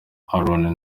aaron